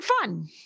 fun